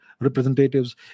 representatives